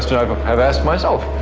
so i've i've asked myself.